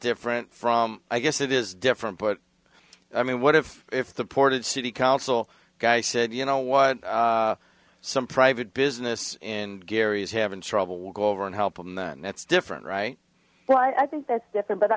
different from i guess it is different but i mean what if if the portage city council guy said you know what some private business in gary is having trouble we'll go over and help them then that's different right well i think that's different but i